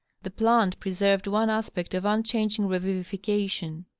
the plant preserved one aspect of unchanging revivification.